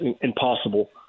impossible